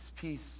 peace